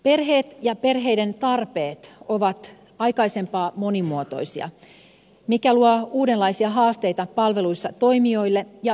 perheet ja perheiden tarpeet ovat aikaisempaa monimuotoisempia mikä luo uudenlaisia haasteita palveluissa toimijoille ja palvelujärjestelmälle